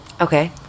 Okay